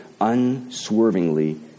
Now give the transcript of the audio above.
unswervingly